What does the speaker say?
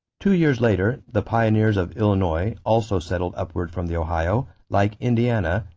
two years later, the pioneers of illinois, also settled upward from the ohio, like indiana,